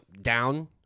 down